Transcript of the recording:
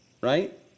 right